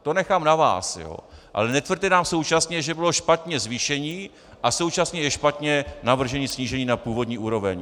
To nechám na vás, ale netvrďte nám současně, že bylo špatně zvýšení a současně je špatně navržení snížení na původní úroveň.